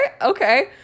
okay